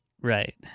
Right